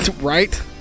Right